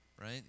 right